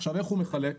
עכשיו איך הוא מחלק?